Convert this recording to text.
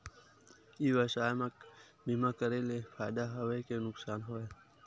ई व्यवसाय म बीमा करे ले फ़ायदा हवय के नुकसान हवय?